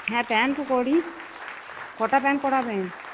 হ্যাঁ প্যান্টও করি কটা প্যান্ট করাবেন